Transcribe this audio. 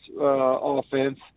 offense